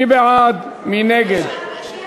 מי בעד, מי נגד?